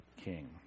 King